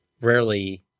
Rarely